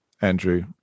Andrew